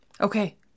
Okay